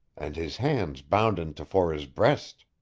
and his hands bounden tofore his breast.